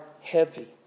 heavy